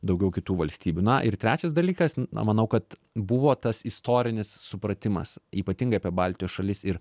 daugiau kitų valstybių na ir trečias dalykas na manau kad buvo tas istorinis supratimas ypatingai apie baltijos šalis ir